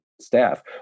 staff